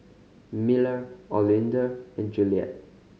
Miller Olinda and Juliette